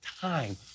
time